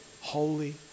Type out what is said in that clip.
holy